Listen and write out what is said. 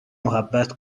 محبت